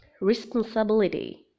Responsibility